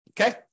Okay